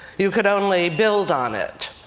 you could only build on it.